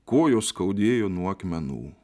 kojos skaudėjo nuo akmenų